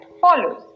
follows